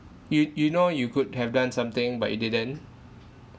you you know you could have done something but you didn't